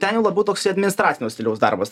ten jau labiau toks administracinio stiliaus darbas